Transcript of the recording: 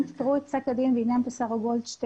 אם תקראו את פסק הדין בעניין של שרה גולדשטיין,